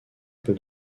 peu